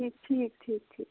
ٹھیٖک ٹھیٖک ٹھیٖک ٹھیٖک